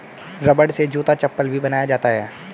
रबड़ से जूता चप्पल भी बनाया जाता है